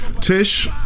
Tish